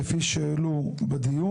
כפי שהועלו בדיון.